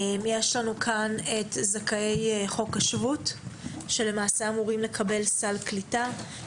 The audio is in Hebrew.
יש לנו כאן את זכאי חוק השבות שלמעשה אמורים לקבל סל קליטה.